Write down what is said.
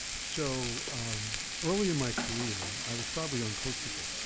so early in my career, i was probably uncoachable.